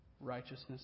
righteousness